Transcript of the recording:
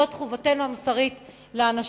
זאת חובתנו המוסרית לאנשים.